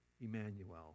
Emmanuel